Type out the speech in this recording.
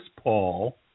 Paul